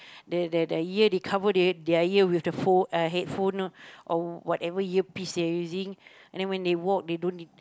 the the the ear they cover their ear with the phone uh headphone or whatever earpiece they're using and then when they walk they don't e~